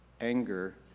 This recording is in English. anger